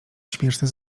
śmieszny